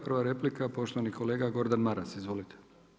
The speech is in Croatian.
Prva replika je poštovani kolega Gordan Maras, izvolite.